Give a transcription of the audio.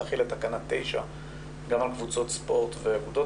להחיל את תקנה 9 גם על קבוצות ספורט ואגודות